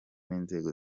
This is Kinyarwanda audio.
n’inzego